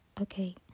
okay